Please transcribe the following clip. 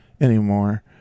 anymore